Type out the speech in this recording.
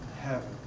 heaven